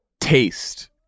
taste